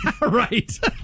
Right